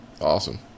Awesome